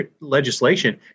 legislation